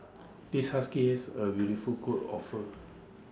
this husky's A beautiful coat of fur